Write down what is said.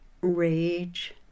rage